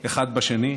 אחד בשני,